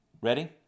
Ready